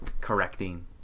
Correcting